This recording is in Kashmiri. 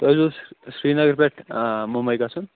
تُہۍ حظ اوس سریٖنگر پٮ۪ٹھ آ ممبئی گَژھُن